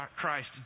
Christ